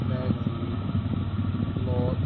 magazine blogs